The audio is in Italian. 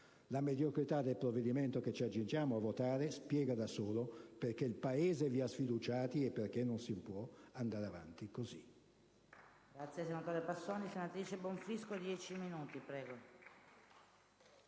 La mediocrità del provvedimento che ci accingiamo a votare spiega da sola perché il Paese vi ha sfiduciati e perché non si può andare avanti così.